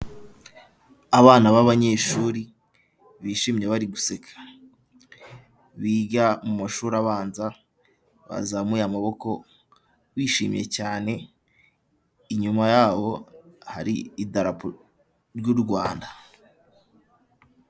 Abana b'abanyeshuri bishimye bari guseka biga mu mashuri abanza bazamuye amaboko bishimye cyane inyuma yabo hari idarapo ry'u Rwanda.